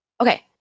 Okay